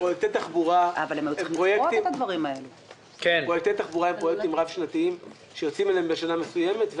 פרויקטים של תחבורה הם פרויקטים רב שנתיים שיוצאים אליהם בשנה מסוימת,